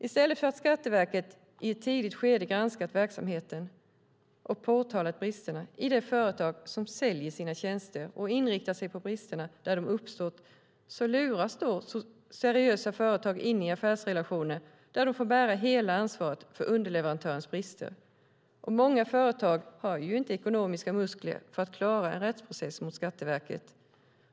I stället för att Skatteverket i ett tidigt skede granskat verksamheten och påtalat bristerna i det företag som säljer sina tjänster och inriktat sig på bristerna där de uppstått luras seriösa företag in i affärsrelationer där de får bära hela ansvaret för underleverantörens brister. Många företag har inte ekonomiska muskler för att klara av en rättsprocess mot Skatteverket.